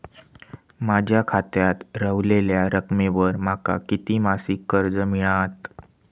माझ्या खात्यात रव्हलेल्या रकमेवर माका किती मासिक कर्ज मिळात?